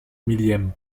millième